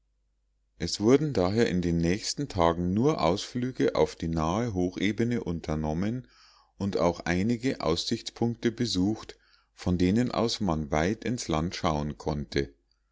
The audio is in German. es wurden daher in den nächsten tagen nur ausflüge auf die nahe hochebene unternommen und auch einige aussichtspunkte besucht von denen aus man weit ins land schauen konnte